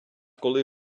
коли